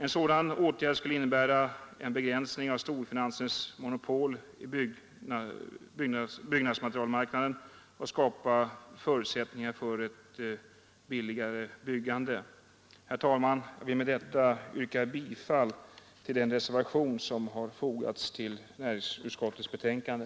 En sådan åtgärd skulle innebära en begränsning av storfinansens monopol på byggnadsmaterialmarknaden och skapa förutsättningar för ett billigare byggande. Herr talman! Jag vill med detta yrka bifall till den reservation som har fogats vid näringsutskottets betänkande.